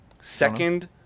Second